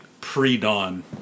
pre-dawn